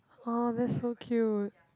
oh that's so cute